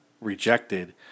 rejected